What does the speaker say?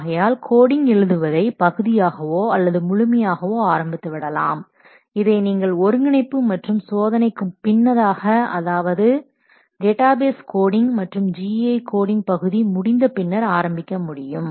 ஆகையால் கோடிங் எழுதுவதை பகுதியாகவோ அல்லது முழுமையாகவோ ஆரம்பித்துவிடலாம் இதை நீங்கள் ஒருங்கிணைப்பு மற்றும் சோதனைக்கு பின்னதாக அதாவது டேட்டாபேஸ் கோடிங் மற்றும் GUI கோடிங் பகுதி முடிந்த பின்னர் ஆரம்பிக்க முடியும்